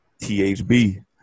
THB